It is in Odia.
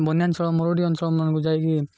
ବନ୍ୟାଞ୍ଚଳ ମରୁଡ଼ି ଅଞ୍ଚଳମାନଙ୍କୁ ଯାଇକି